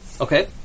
Okay